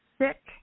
sick